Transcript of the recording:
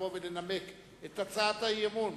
לבוא ולנמק את הצעת האי-אמון